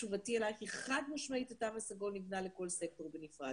תשובתי אליך היא חד-משמעית שהתו הסגול נבנה לכול סקטור בנפרד.